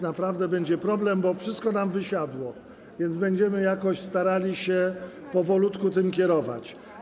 Naprawdę będzie problem, bo wszystko nam wysiadło, więc będziemy jakoś starali się powolutku tym kierować.